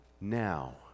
now